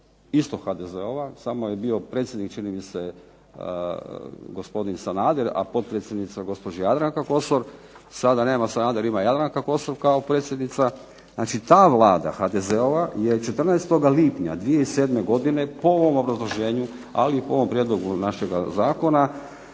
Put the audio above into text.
isto HDZ-ova, samo je bio predsjednik čini mi se gospodin Sanader, a potpredsjednica gospođa Jadranka Kosor, sada nema Sanader, ima Jadranka Kosor kao predsjednica, znači ta Vlada HDZ-ova je 14. lipnja 2007. godine po ovom obrazloženju, ali i po ovom prijedlogu našega zakona